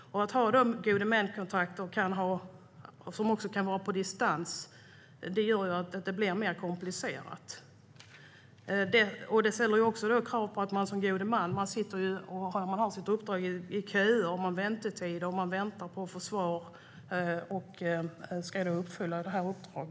Att ha gode män på distans gör också att det blir mer komplicerat. Det ställer krav på att en god man i sitt uppdrag sitter i köer, och det är väntetider för att få svar när man ska uppfylla sitt uppdrag.